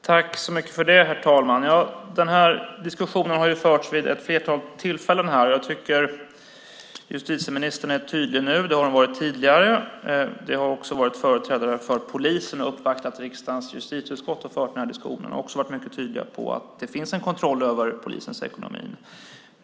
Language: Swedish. Herr talman! Den här diskussionen har förts vid ett flertal tillfällen här. Jag tycker att justitieministern är tydlig nu. Det har hon också tidigare varit. Företrädare för polisen har uppvaktat riksdagens justitieutskott och fört den här diskussionen. Också de har varit mycket tydliga om att det finns en kontroll över polisens ekonomi.